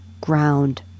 ground